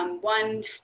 one